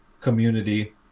community